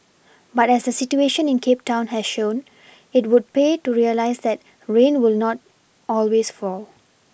but as the situation in Cape town has shown it would pay to realise that rain will not always fall